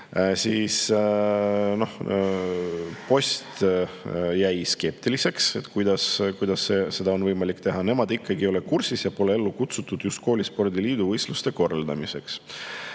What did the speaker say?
Post jäi skeptiliseks, et kuidas seda on võimalik teha: "Nemad ikkagi ei ole kursis ja pole ellu kutsutud just koolispordi liidu võistluste korraldamiseks."